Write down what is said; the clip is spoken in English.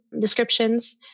descriptions